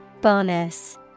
Bonus